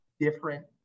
different